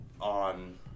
on